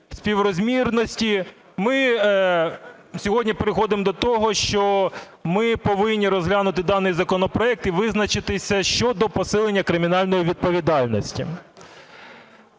співрозмірності, ми сьогодні приходимо до того, що ми повинні розглянути даний законопроект і визначитися щодо посилення кримінальної відповідальності.